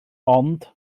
ond